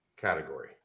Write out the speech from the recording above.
category